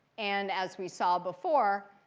and as we saw before,